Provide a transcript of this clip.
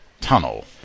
tunnel